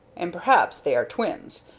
and perhaps they are twins,